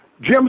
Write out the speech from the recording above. Jim